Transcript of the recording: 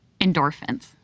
Endorphins